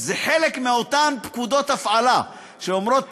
זה חלק מאותן פקודות הפעלה שאומרות תמיד,